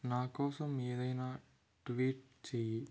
నా కోసం ఏదైనా ట్వీట్ చెయ్యి